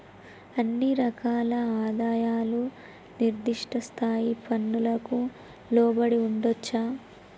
ఇన్ని రకాల ఆదాయాలు నిర్దిష్ట స్థాయి పన్నులకు లోబడి ఉండొచ్చా